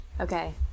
okay